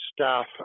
Staff